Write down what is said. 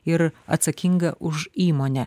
ir atsakingą už įmonę